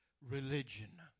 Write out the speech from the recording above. religion